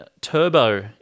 Turbo